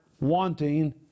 wanting